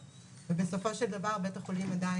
ואז הם גדלים בפעילות ובסופו של דבר גדלים באלפות,